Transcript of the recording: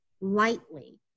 lightly